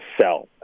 sell